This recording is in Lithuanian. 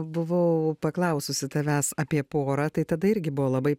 buvau paklaususi tavęs apie porą tai tada irgi buvo labai